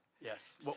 Yes